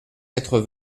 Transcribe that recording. quatre